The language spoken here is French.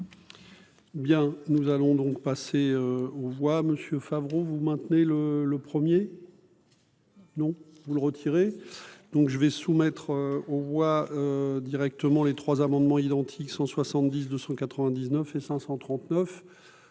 Bien, nous allons donc passer on voit monsieur Favreau, vous maintenez le le premier. Non, vous le retirer, donc je vais soumettre on voit directement les trois amendements identiques 170 299 et 539